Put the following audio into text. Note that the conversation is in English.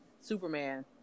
Superman